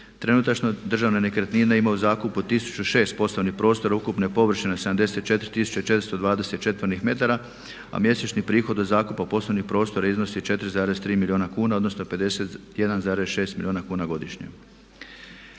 Trenutačno državne nekretnine imaju u zakupu 1006 poslovnih prostora ukupne površine 74420 četvornih metara, a mjesečni prihod od zakupa poslovnih prostora iznosi 4,3 milijuna kuna, odnosno 51,6 milijuna kuna godišnje.